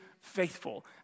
faithful